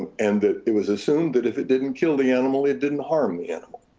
and that it was assumed that if it didn't kill the animal, it didn't harm the animal.